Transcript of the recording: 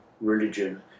religion